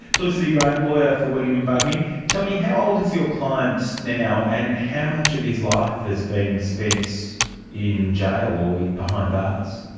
felicity graham, lawyer for william bugmy, tell me, how old is your client now and how much of his life has been spent in jail or behind bars?